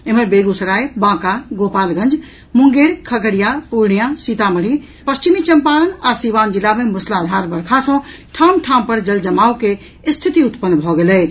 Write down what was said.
एम्हर बेग्सराय बांका गोपालगंज मुंगेर खगड़िया पूर्णियां सीतामढ़ी पश्चिमी चम्पारण आ सीवान जिला मे मूसलाधार वर्षा सँ ठाम ठाम पर जल जमाव के स्थिति उत्पन्न भऽ गेल अछि